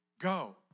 go